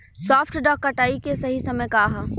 सॉफ्ट dough कटाई के सही समय का ह?